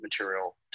material